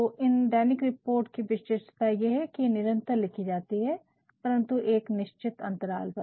तो इन दैनिक रिपोर्ट कि विशिष्टता ये है कि ये निरंतर लिखी जाती परन्तु एक निश्चित अंतराल पर